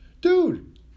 Dude